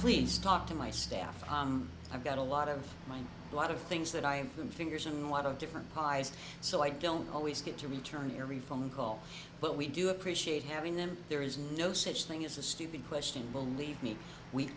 please talk to my staff i've got a lot of mine a lot of things that i'm from fingers in lot of different pies so i don't always get to return your reform call but we do appreciate having them there is no such thing as a stupid question believe me we